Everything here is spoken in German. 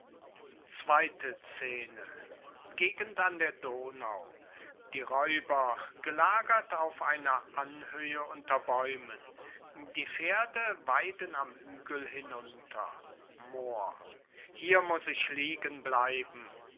an der donau die räuber gelagert auf einer anhöhe unter bäumen die pferde weiden am hügel hinunter moor hier muß ich liegen bleiben